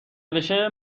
بشه